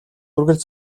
үргэлж